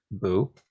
Boo